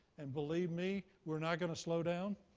and believe me, we're not going to slow down.